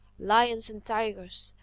lions and tigers,